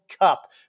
Cup